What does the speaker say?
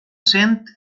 sent